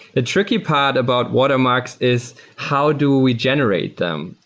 the tricky part about watermarks is how do we generate them.